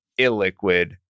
illiquid